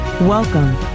Welcome